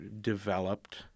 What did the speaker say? developed